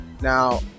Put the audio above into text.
Now